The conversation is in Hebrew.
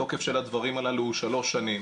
התוקף של הדברים הללו הוא שלוש שנים.